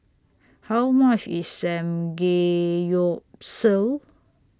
How much IS Samgeyopsal